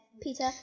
Peter